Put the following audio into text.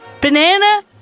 banana